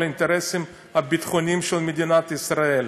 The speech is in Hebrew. על האינטרסים הביטחוניים של מדינת ישראל.